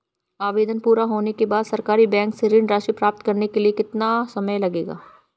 आवेदन पूरा होने के बाद सरकारी बैंक से ऋण राशि प्राप्त करने में कितना समय लगेगा?